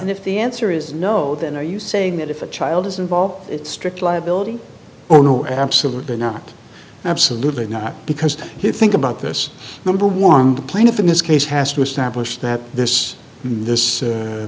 and if the answer is no then are you saying that if a child is involved it's strict liability or no absolutely not absolutely not because you think about this number one the plaintiff in this case has to establish that this in this